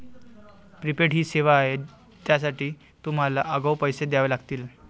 prepaid ही सेवा आहे ज्यासाठी तुम्हाला आगाऊ पैसे द्यावे लागतील